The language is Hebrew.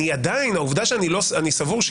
עדיין העובדה שאני סבור,